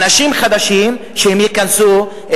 אנשים חדשים למערכת.